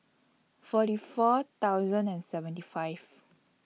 forty four thousand and seventy five